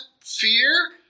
fear